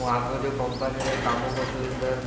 ମୁଁ ଆଗ ଯେଉଁ କମ୍ପାନୀରେ କାମ କରୁଥିଲି ସାର୍